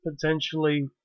potentially